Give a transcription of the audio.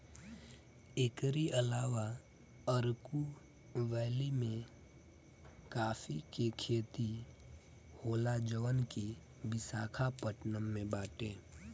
एकरी अलावा अरकू वैली में काफी के खेती होला जवन की विशाखापट्टनम में बाटे